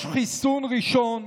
יש חיסון ראשון,